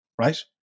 right